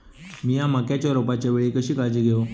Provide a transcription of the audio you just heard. मीया मक्याच्या रोपाच्या वेळी कशी काळजी घेव?